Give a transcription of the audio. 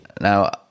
Now